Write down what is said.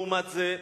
לעומת זה,